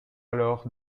alors